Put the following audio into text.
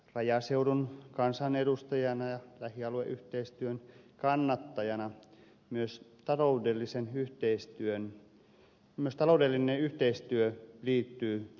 rajaseudun kansanedustajana ja lähialueyhteistyön kannattajana totean että myös taloudellinen yhteistyö liittyy puolustuslinjauksiin